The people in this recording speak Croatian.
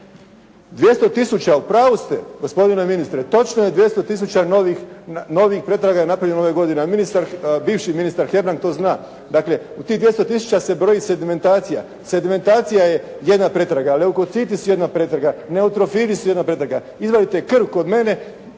200 tisuća, u pravu ste gospodine ministre, točno je 200 tisuće novih pretraga napravljeno ove godine, a bivši ministar Hebrang to zna. Dakle, u tih 200 tisuća se broji sedimentacija. Sedimentacija je jedna pretraga, leukociti su jedna pretraga, neutrofini su jedna pretraga. Izvadite krv kod mene,